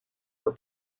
are